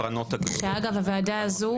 שאגב הוועדה הזו,